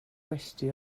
gwesty